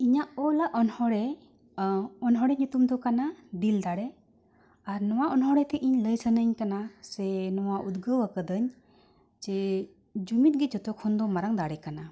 ᱤᱧᱟᱹᱜ ᱚᱞᱟ ᱚᱱᱚᱬᱦᱮ ᱚᱱᱚᱬᱦᱮ ᱧᱩᱛᱩᱢ ᱫᱚ ᱠᱟᱱᱟ ᱫᱤᱞ ᱫᱟᱲᱮ ᱟᱨ ᱱᱚᱣᱟ ᱚᱱᱚᱬᱦᱮ ᱛᱮ ᱤᱧ ᱞᱟᱹᱭ ᱥᱟᱱᱟᱧ ᱠᱟᱱᱟ ᱥᱮ ᱱᱚᱣᱟ ᱩᱫᱽᱜᱟᱹᱣ ᱟᱠᱟᱫᱟᱹᱧ ᱡᱮ ᱡᱩᱢᱤᱫ ᱜᱮ ᱡᱚᱛᱚ ᱠᱷᱚᱱ ᱫᱚ ᱢᱟᱨᱟᱝ ᱫᱟᱲᱮ ᱠᱟᱱᱟ